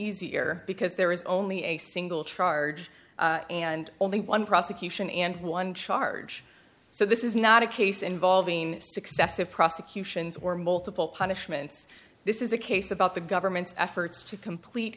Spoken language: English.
easier because there is only a single charge and only one prosecution and one charge so this is not a case involving successive prosecutions or multiple punishments this is a case about the government's efforts to complete